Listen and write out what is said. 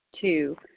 Two